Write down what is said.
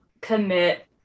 commit